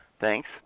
Thanks